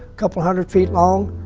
couple hundred feet long.